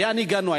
לאן הגענו?